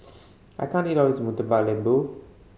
I can't eat of this Murtabak Lembu